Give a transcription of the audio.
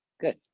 good